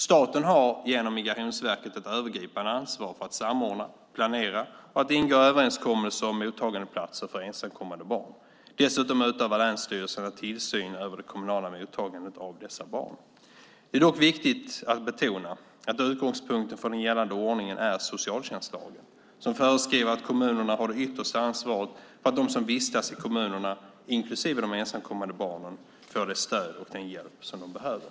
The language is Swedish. Staten har genom Migrationsverket ett övergripande ansvar för att samordna, planera och ingå överenskommelser om mottagandeplatser för ensamkommande barn. Dessutom utövar länsstyrelserna tillsyn över det kommunala mottagandet av dessa barn. Det är dock viktigt att betona att utgångspunkten för den gällande ordningen är socialtjänstlagen som föreskriver att kommunerna har det yttersta ansvaret för att de som vistas i kommunerna, inklusive de ensamkommande barnen, får det stöd och den hjälp som de behöver.